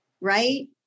right